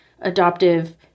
adoptive